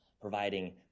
providing